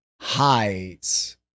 hides